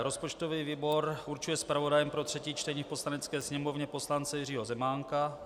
Rozpočtový výbor určuje zpravodajem pro třetí čtení v Poslanecké sněmovně poslance Jiřího Zemánka.